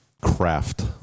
craft